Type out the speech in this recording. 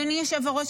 אדוני היושב-ראש,